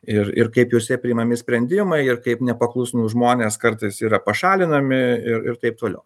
ir ir kaip jose priimami sprendimai ir kaip nepaklusnūs žmonės kartais yra pašalinami ir ir taip toliau